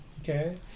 Okay